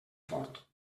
fort